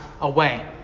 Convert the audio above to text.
away